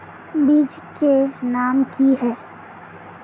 बीज के नाम की है?